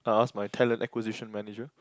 I'll ask my talent acquisition manager